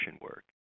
work